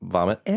Vomit